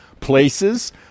places